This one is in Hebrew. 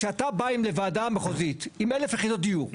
כשאתה בא לוועדה מחוזית עם 1,000 יחידות דיור,